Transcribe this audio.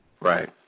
Right